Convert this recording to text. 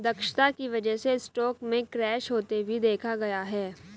दक्षता की वजह से स्टॉक में क्रैश होते भी देखा गया है